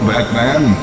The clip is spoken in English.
Batman